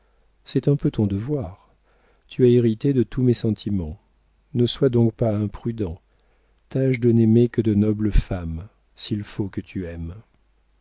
c'est un peu ton devoir tu as hérité de tous mes sentiments ne sois donc pas imprudent tâche de n'aimer que de nobles femmes s'il faut que tu aimes